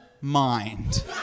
mind